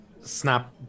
snap